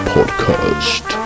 Podcast